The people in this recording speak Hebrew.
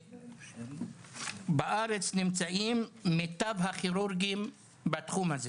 ובארץ נמצאים מיטב הכירורגים בתחום הזה